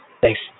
Thanks